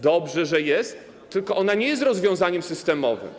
Dobrze, że jest, tyle że ona nie jest rozwiązaniem systemowym.